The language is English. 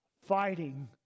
fighting